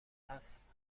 هست